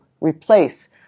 replace